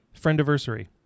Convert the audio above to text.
friendiversary